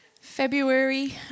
February